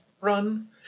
run